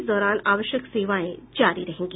इस दौरान आवश्यक सेवायें जारी रहेंगी